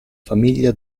famiglia